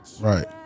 Right